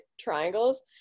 triangles